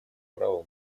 права